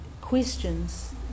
questions